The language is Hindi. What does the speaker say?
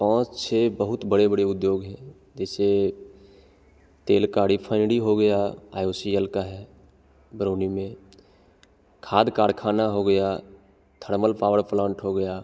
पाँच छः बहुत बड़े बड़े उद्योग हैं जैसे तेलकाड़ी फंडी हो गया आई ओ सी एल का है बरौनी में खाद कारख़ाना हो गया थर्मल पॉवरप्लांट हो गया